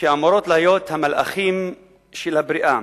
שאמורות להיות המלאכים של הבריאה,